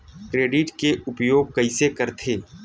Credit के उपयोग कइसे करथे?